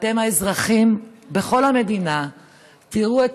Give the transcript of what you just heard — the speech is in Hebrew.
ואתם האזרחים בכל המדינה תראו את